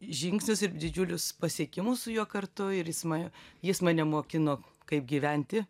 žingsnius ir didžiulius pasiekimus su juo kartu ir jis mane jis mane mokino kaip gyventi